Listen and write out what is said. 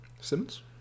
simmons